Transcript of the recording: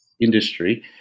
industry